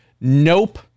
nope